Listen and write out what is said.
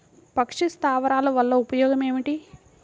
పక్షి స్థావరాలు వలన ఉపయోగం ఏమిటి?